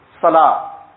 salah